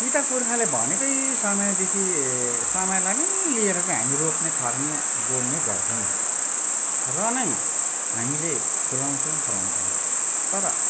पितापुर्खाले भनेकै समयदेखि समयलाई नै लिएर चाहिँ हामी रोप्ने छर्ने गोड्ने गर्छौँ र नै हामीले फुलाउँछौँ फलाउँछौँ तर